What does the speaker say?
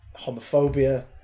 homophobia